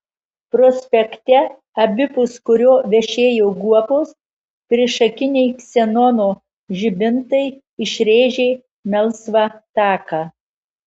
prospekte abipus kurio vešėjo guobos priešakiniai ksenono žibintai išrėžė melsvą taką